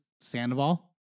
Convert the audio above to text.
Sandoval